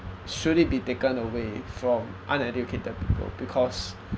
should it be taken away from uneducated people because